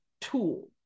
tool